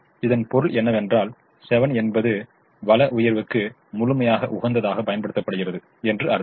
இதன் பொருள் என்னவென்றால் 7 என்பது வளஉயர்வுக்கு முழுமையாக உகந்ததாக பயன்படுத்தப்படுகிறது என்று அர்த்தம்